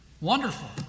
Wonderful